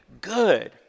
good